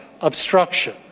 obstruction